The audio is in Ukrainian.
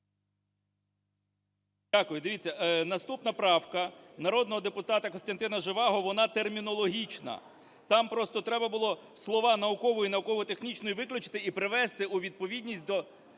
Дякую. Дивіться, наступна правка, народного депутата Костянтина Жеваго, вона термінологічна. Там просто треба було слова "наукової і науково-технічної" виключити і привести у відповідність до